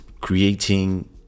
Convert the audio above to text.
creating